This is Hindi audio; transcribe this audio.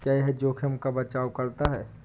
क्या यह जोखिम का बचाओ करता है?